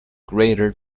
greater